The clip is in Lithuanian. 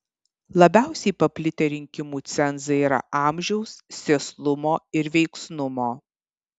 labiausiai paplitę rinkimų cenzai yra amžiaus sėslumo ir veiksnumo